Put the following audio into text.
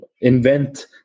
invent